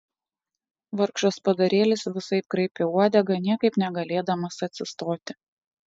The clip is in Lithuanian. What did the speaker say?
vargšas padarėlis visaip kraipė uodegą niekaip negalėdamas atsistoti